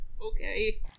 Okay